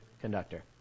conductor